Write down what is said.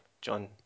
John